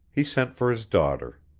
he sent for his daughter.